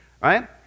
right